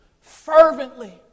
fervently